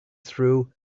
through